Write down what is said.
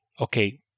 okay